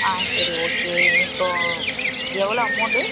ஆ சரி ஓகே இப்போ எவ்வளோ அமௌன்டு